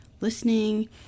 listening